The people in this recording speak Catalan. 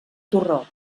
torró